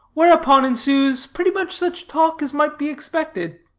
whereupon ensues pretty much such talk as might be expected.